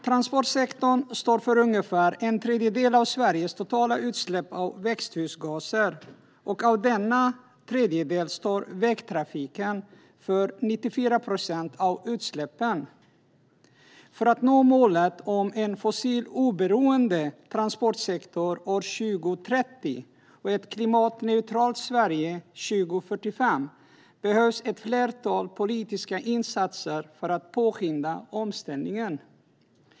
Transportsektorn står för ungefär en tredjedel av Sveriges totala utsläpp av växthusgaser, och av denna tredjedel står vägtrafiken för 94 procent av utsläppen. För att nå målet om en fossiloberoende transportsektor år 2030 och ett klimatneutralt Sverige 2045 behövs ett flertal politiska insatser för att påskynda omställningen.